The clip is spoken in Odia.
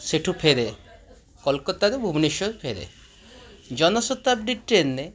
ସେଇଠୁ ଫେରେ କୋଲକତାରୁ ଭୁବନେଶ୍ୱର ଫେରେ ଜନଶତାବ୍ଦୀ ଟ୍ରେନ ରେ